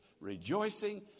rejoicing